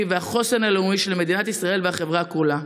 והחוסן הלאומי של מדינת ישראל והחברה כולה.